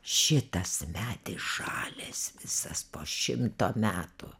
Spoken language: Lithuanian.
šitas medis žalias visas po šimto metų